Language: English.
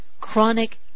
chronic